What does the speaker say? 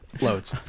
loads